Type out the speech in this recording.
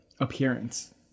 appearance